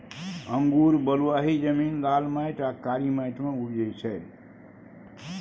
अंगुर बलुआही जमीन, लाल माटि आ कारी माटि मे उपजै छै